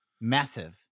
massive